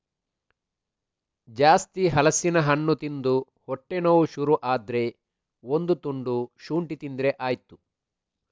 ಜಾಸ್ತಿ ಹಲಸಿನ ಹಣ್ಣು ತಿಂದು ಹೊಟ್ಟೆ ನೋವು ಶುರು ಆದ್ರೆ ಒಂದು ತುಂಡು ಶುಂಠಿ ತಿಂದ್ರೆ ಆಯ್ತು